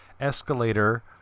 Escalator